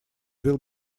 will